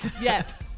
Yes